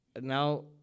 Now